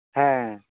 ᱦᱮᱸᱻ